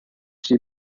she